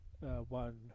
one